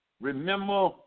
Remember